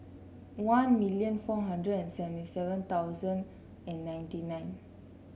one million four hundred and seventy seven thousand and ninety nine